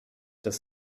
das